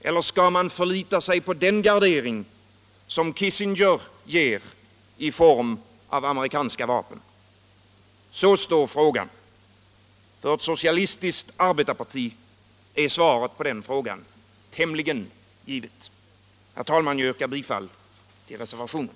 Eller skall man förlita sig på den gardering som Kissinger ger i form av amerikanska vapen? Så står frågan. För ett socialistiskt arbetarparti är svaret på den frågan tämligen givet. Herr talman! Jag yrkar bifall till reservationen.